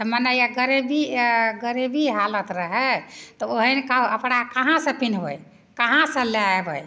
मने यऽ गरीबी यऽ गरीबी हालत रहै तऽ ओहन कपड़ा कहाँसे पिन्हबै कहाँसे लै अएबै